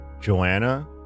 Joanna